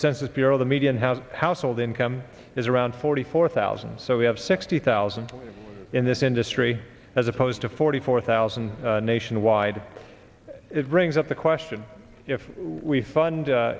census bureau the median house household income is around forty four thousand so we have sixty thousand in this industry as opposed to forty four thousand nationwide it brings up the should if we fund